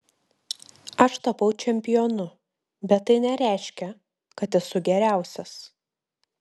aš tapau čempionu bet tai nereiškia kad esu geriausias